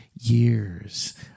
years